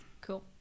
Cool